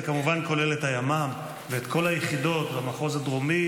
זה כמובן כולל את הימ"מ ואת כל היחידות במחוז הדרומי,